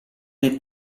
nel